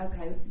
Okay